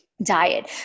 diet